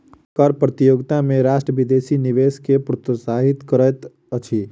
कर प्रतियोगिता में राष्ट्र विदेशी निवेश के प्रोत्साहित करैत अछि